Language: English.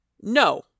No